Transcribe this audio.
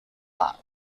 luck